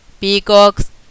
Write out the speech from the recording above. peacocks